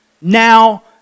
now